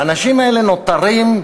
והאנשים האלה נותרים,